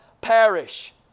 perish